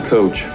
Coach